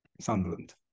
Sunderland